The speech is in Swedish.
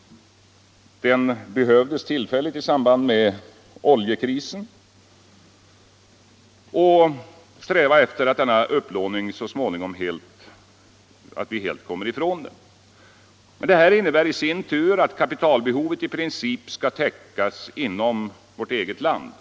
— den behövdes tillfälligt i samband med oljekrisen — och sträva efter att så småningom helt komma ifrån denna upplåning. Detta innebär i sin tur att kapitalbehovet i princip skall täckas inom vårt eget land.